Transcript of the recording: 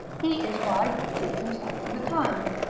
he is wise that suits himself to the time.